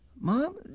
Mom